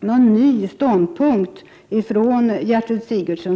någon ny ståndpunkt från Gertrud Sigurdsen.